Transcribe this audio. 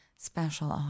special